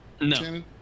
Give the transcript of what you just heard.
No